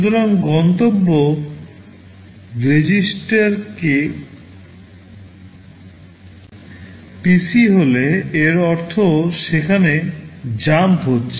সুতরাং গন্তব্য REGISTER PC হলে এর অর্থ সেখানে jump হচ্ছে